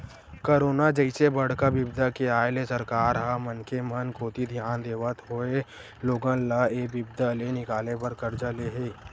corona जइसे बड़का बिपदा के आय ले सरकार ह मनखे मन कोती धियान देवत होय लोगन ल ऐ बिपदा ले निकाले बर करजा ले हे